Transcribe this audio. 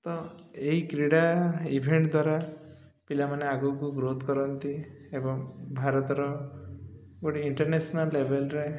ତ ଏହି କ୍ରୀଡ଼ା ଇଭେଣ୍ଟ ଦ୍ୱାରା ପିଲାମାନେ ଆଗକୁ ଗ୍ରୋଥ୍ କରନ୍ତି ଏବଂ ଭାରତର ଗୋଟେ ଇଣ୍ଟରନ୍ୟାସନାଲ୍ ଲେଭେଲରେ